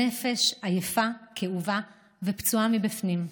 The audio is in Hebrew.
הנפש עייפה, כאובה ופצועה מבפנים.